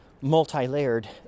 multi-layered